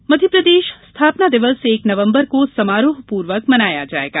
स्थापना दिवस मध्यप्रदेश स्थापना दिवस एक नवम्बर को समारोह पूर्वक मनाया जायेगा